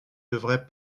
devrait